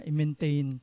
maintain